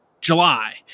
July